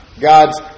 God's